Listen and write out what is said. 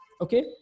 Okay